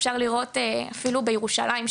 אפשר לראות אפילו בירושלים,